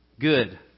Good